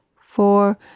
four